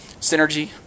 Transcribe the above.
Synergy